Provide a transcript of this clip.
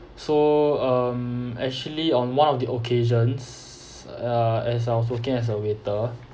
so um actually on one of the occasions uh as I was working as a waiter